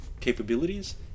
capabilities